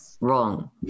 wrong